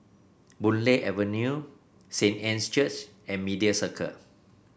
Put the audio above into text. Boon Lay Avenue Saint Anne's Church and Media Circle